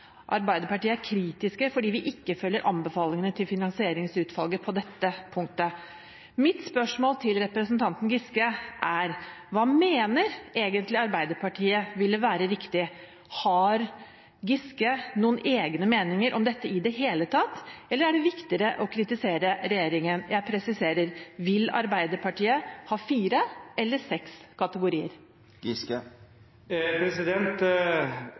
Arbeiderpartiet er kritisk fordi vi ikke følger anbefalingene til finansieringsutvalget på dette punktet. Mitt spørsmål til representanten Giske er: Hva mener egentlig Arbeiderpartiet ville være riktig? Har Giske noen egne meninger om dette i det hele tatt, eller er det viktigere å kritisere regjeringen? Jeg presiserer: Vil Arbeiderpartiet ha fire eller seks